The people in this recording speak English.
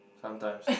sometimes